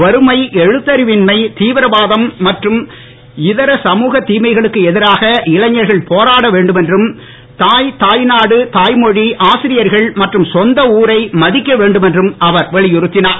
வறுமை எழுத்தறிவின்மை தீவிரவாதம் மற்றும் இதர சமூகத் திமைகளுக்கு எதிராக இளைஞர்கள் போராடவேண்டும் என்றும் தாய் தாய்நாடு தாய்மொழி ஆசிரியர்கள் மற்றும் சொந்த ஊரை மதிக்கவேண்டும் என்றும் அவர் வலியுறுத்தினார்